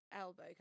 elbow